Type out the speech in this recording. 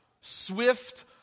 swift